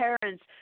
parents